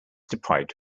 deprived